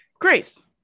Grace